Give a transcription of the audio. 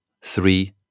three